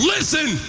Listen